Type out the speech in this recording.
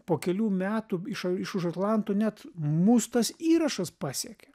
po kelių metų iš iš už atlanto net mus tas įrašas pasiekė